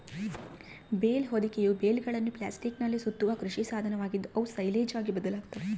bale ಹೊದಿಕೆಯು ಬೇಲ್ಗಳನ್ನು ಪ್ಲಾಸ್ಟಿಕ್ನಲ್ಲಿ ಸುತ್ತುವ ಕೃಷಿ ಸಾಧನವಾಗಿದ್ದು, ಅವು ಸೈಲೇಜ್ ಆಗಿ ಬದಲಾಗ್ತವ